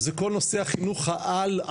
זה כל נושא החינוך העל-על-יסודי,